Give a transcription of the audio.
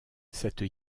cette